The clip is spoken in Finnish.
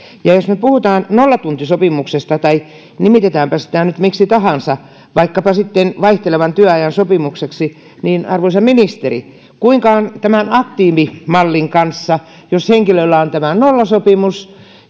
jos me puhumme nollatuntisopimuksesta nimitetäänpä sitä nyt miksi tahansa vaikkapa sitten vaihtelevan työajan sopimukseksi niin arvoisa ministeri kuinka on tämän aktiivimallin kanssa jos henkilöllä on tämä nollasopimus